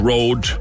Road